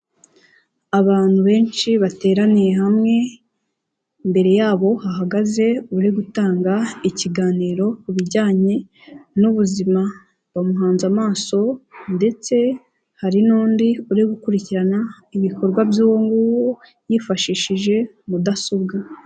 Abantu benshi bateraniye hamwe imbere yabo hahagaze uri gutanga ikiganiro ku bijyanye n'ubuzima bamuhanze amaso, ndetse hari n'undi uri gukurikirana ibikorwa by'uwo nguwo yifashishije mudasobwa.